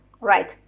right